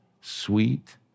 sweet